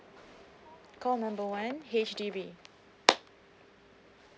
call number one H_D_B